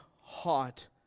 hot